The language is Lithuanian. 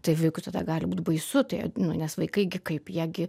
tai vaikui tada gali būt baisu tai nu nes vaikai gi kaip jie gi